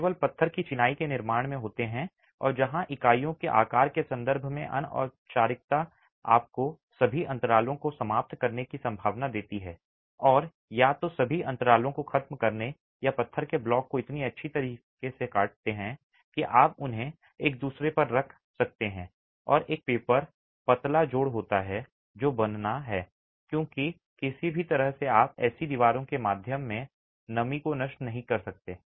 वे केवल पत्थर की चिनाई के निर्माण में होते हैं और जहां इकाइयों के आकार के संदर्भ में अनौपचारिकता आपको सभी अंतरालों को समाप्त करने की संभावना देती है और या तो सभी अंतरालों को खत्म करने या पत्थर के ब्लॉक को इतनी अच्छी तरह से काटते हैं कि आप उन्हें एक दूसरे पर रख सकते हैं और एक पेपर पतला जोड़ होता है जो बनता है क्योंकि किसी भी तरह से आप ऐसी दीवारों के माध्यम से नमी को नष्ट नहीं कर सकते